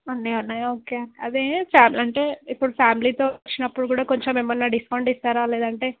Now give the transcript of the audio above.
ఉన్నాయి ఉన్నాయా ఓకే అదే అంటే ఇప్పుడు ఫ్యామిలీతో వచ్చినప్పుడు కూడా కొంచెం ఏమన్నా డిస్కౌంట్ ఇస్తారా లేదంటే